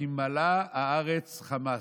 "כי מלאה הארץ חמס",